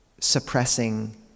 suppressing